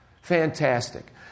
Fantastic